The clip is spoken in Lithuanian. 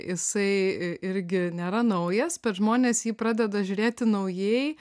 jisai irgi nėra naujas bet žmonės į jį pradeda žiūrėti naujai